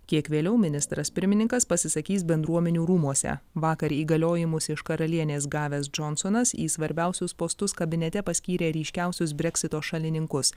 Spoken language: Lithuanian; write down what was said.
kiek vėliau ministras pirmininkas pasisakys bendruomenių rūmuose vakar įgaliojimus iš karalienės gavęs džonsonas į svarbiausius postus kabinete paskyrė ryškiausius breksito šalininkus